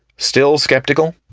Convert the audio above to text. still skeptical?